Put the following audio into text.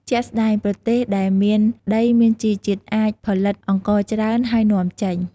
ជាក់ស្តែង ប្រទេសដែលមានដីមានជីជាតិអាច ផលិតអង្ករច្រើន ហើយនាំចេញ។